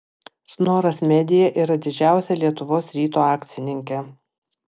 snoras media yra didžiausia lietuvos ryto akcininkė